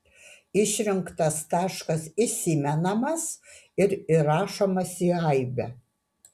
išrinktas taškas įsimenamas ir įrašomas į aibę